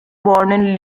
born